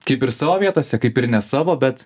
kaip ir savo vietose kaip ir ne savo bet